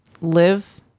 live